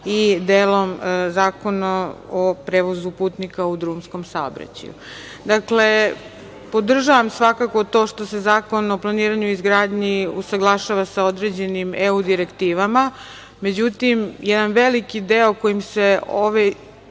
i delom Zakona o prevozu putnika u drumskom saobraćaju. Podržavam svakako to što se Zakon o planiranju i izgradnji usaglašava sa određenim EU direktivama, međutim, jedan veliki deo kojim se ove